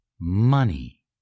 Money